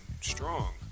strong